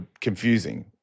confusing